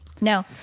No